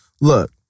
Look